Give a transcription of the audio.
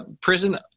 prison